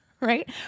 right